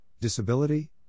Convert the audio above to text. disability